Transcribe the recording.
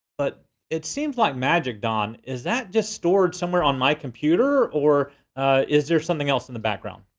but it seems like magic, don. is that just stored somewhere on my computer or is there something else in the background?